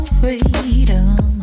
freedom